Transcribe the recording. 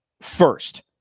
first